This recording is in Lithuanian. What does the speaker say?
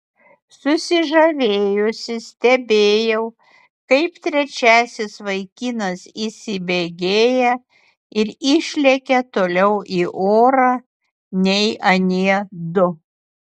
susižavėjusi stebėjau kaip trečiasis vaikinas įsibėgėja ir išlekia toliau į orą nei anie du